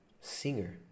singer